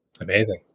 Amazing